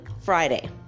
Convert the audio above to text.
Friday